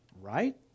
right